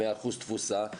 100% תפוסה,